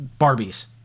Barbies